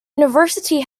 university